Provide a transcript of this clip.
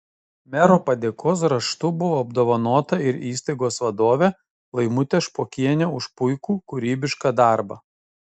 mero padėkos raštu buvo apdovanota ir įstaigos vadovė laimutė špokienė už puikų kūrybišką darbą